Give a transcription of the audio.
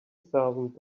thousand